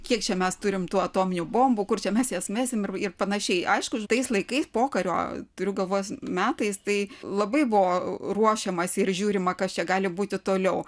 kiek čia mes turim tų atominių bombų kur čia mes jas mesim ir ir panašiai aišku tais laikais pokario turiu galvoj metais tai labai buvo ruošiamasi ir žiūrima kas čia gali būti toliau